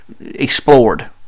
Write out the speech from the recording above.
explored